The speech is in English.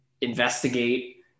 investigate